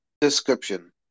description